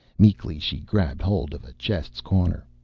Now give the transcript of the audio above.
meekly she grabbed hold of a chest's corner.